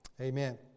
Amen